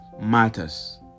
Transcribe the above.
matters